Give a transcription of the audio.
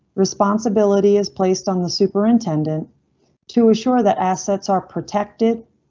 responsibility is placed on the superintendent to assure that assets are protected,